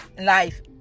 life